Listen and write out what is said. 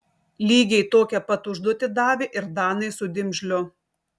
lygiai tokią pat užduotį davė ir danai su dimžliu